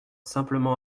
simplement